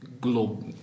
global